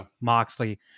Moxley